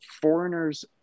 foreigners